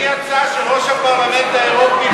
מי יצא כשראש הפרלמנט האירופי נאם פה?